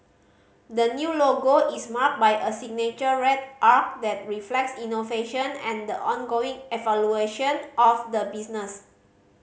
the new logo is marked by a signature red arc that reflects innovation and the ongoing evolution of the business